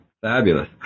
Fabulous